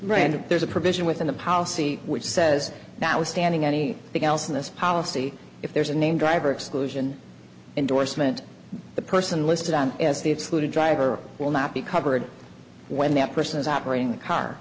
right and there's a provision within the policy which says that was standing any thing else in this policy if there's a name driver exclusion indorsement the person listed on the excluded driver will not be covered when that person is operating the car